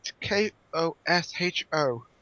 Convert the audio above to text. K-O-S-H-O